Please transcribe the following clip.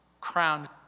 crowned